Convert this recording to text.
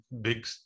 big